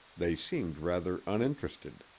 they seemed rather uninterested.